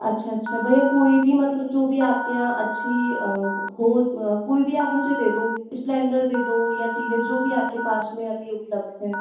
अच्छा अच्छा भैया कोई भी मतलब जो भी आपके यहाँ अच्छी हो कोई भी आप मुझे दे दो स्प्लेंडर दे दो या टी वी एस जो भी आपके पास में अभी उपलब्ध है